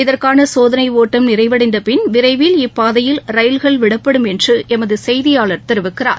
இதற்கான சோதனை ஓட்டம் நிறைவடைந்த பின் விரைவில் இப்பாதையில் ரயில்கள் விடப்படும் என்று எமது செய்தியாளர் தெரிவிக்கிறார்